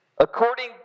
According